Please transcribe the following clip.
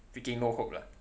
freaking no hope lah